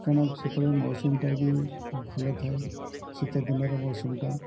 କାରଣ ସେତେବେଳେ ମୌସମଟା ବି ଭଲ ଥାଏ ଶୀତ ଦିନର ମୌସମଟା